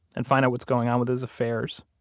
and find out what's going on with his affairs.